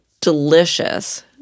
delicious